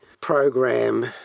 program